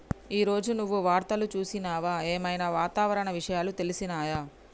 ఈ రోజు నువ్వు వార్తలు చూసినవా? ఏం ఐనా వాతావరణ విషయాలు తెలిసినయా?